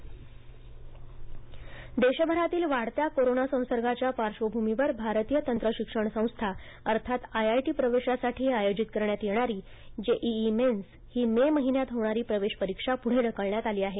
JEE mains देशभरातील वाढत्या corona संसर्गाच्या पार्श्वभूमीवर भारतीय तंत्रशिक्षण संस्था अर्थात आयआयटी प्रवेशासाठी आयोजित करण्यात येणारी जेईई मेन्स ही मे महिन्यात होणारी प्रवेशपरिक्षा पुढे ढकलण्यात आली आहे